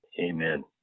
Amen